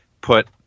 put